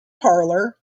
parlour